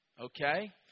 Okay